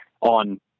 on